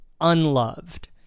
unloved